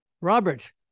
Robert